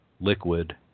liquid